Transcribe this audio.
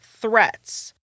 threats